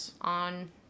on